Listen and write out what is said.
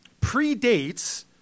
predates